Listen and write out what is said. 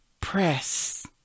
press